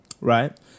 right